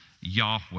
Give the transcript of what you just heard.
Yahweh